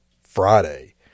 Friday